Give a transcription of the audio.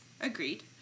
Agreed